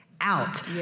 out